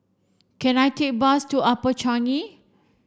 can I take a bus to Upper Changi